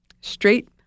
straight